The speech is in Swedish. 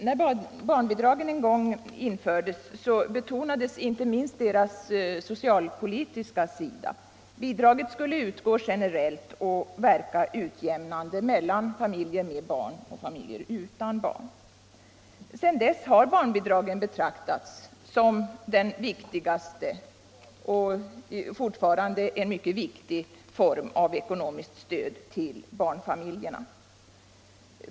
Herr talman! När barnbidragen en gång infördes betonades inte minst deras socialpolitiska sida. Bidragen skulle utgå generellt och verka utjämnande mellan familjer med barn och familjer utan barn. Sedan dess har barnbidragen betraktats som den viktigaste — och det är fortfarande en mycket viktig — form av ekonomiskt stöd till barnfamiljerna.